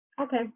okay